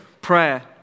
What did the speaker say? Prayer